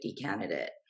candidate